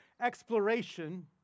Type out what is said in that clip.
exploration